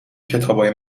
کتابای